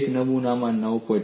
એક નમૂનામાં 9